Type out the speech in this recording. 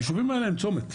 היישובים האלה הם צומת,